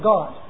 God